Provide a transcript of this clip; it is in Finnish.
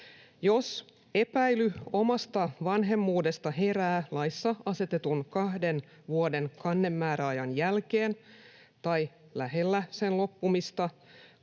Jos epäily omasta vanhemmuudesta herää laissa asetetun kahden vuoden kannemääräajan jälkeen tai lähellä sen loppumista,